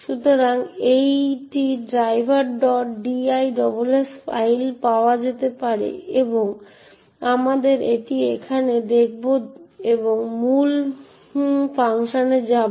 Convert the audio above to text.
সুতরাং এটি drivediss ফাইলে পাওয়া যেতে পারে এবং আমরা এটি এখানে দেখব এবং মূল ফাংশনে যাব